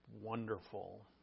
wonderful